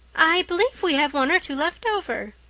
i believe we have one or two left over,